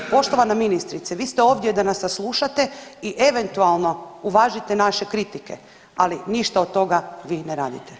Poštovana ministrice, vi ste ovdje da nas saslušate i eventualno uvažite naše kritike, ali ništa od toga vi ne radite.